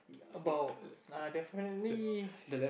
about err definitely